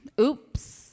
Oops